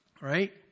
right